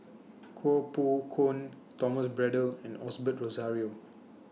Koh Poh Koon Thomas Braddell and Osbert Rozario